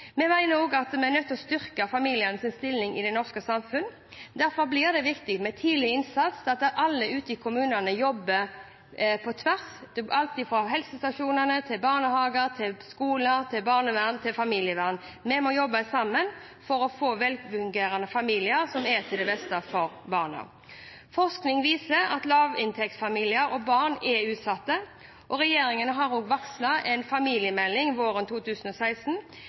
Vi mener også at vi er nødt til å styrke familienes stilling i det norske samfunnet. Derfor blir det viktig med tidlig innsats, og at alle ute i kommunene jobber på tvers – alt fra helsestasjonene til barnehager, til skoler, til barnevern og til familievern. Vi må jobbe sammen for å få velfungerende familier, som er til det beste for barna. Forskning viser at lavinntektsfamilier og barn er utsatt. Regjeringen har også varslet en familiemelding våren 2016,